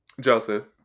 Joseph